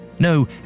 No